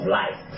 life